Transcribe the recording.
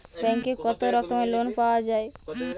ব্যাঙ্কে কত রকমের লোন পাওয়া য়ায়?